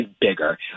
bigger